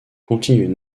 continuent